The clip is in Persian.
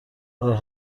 راه